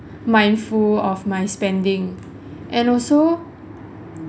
mindful of my spending and also